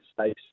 space